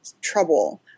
trouble